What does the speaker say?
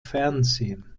fernsehen